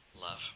love